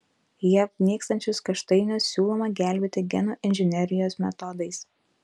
jav nykstančius kaštainius siūloma gelbėti genų inžinerijos metodais